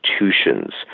institutions